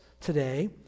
today